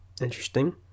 interesting